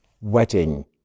wedding